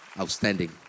Outstanding